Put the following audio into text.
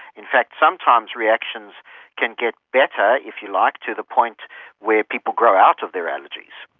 in fact sometimes reactions can get better, if you like, to the point where people grow out of their allergies.